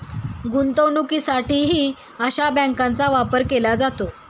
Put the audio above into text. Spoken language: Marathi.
गुंतवणुकीसाठीही अशा बँकांचा वापर केला जातो